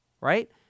right